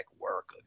work